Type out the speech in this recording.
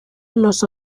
los